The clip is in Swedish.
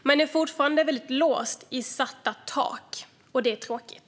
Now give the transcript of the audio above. Man är fortfarande väldigt låst vid satta tak, och det är tråkigt.